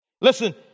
Listen